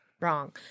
wrong